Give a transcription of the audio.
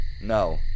No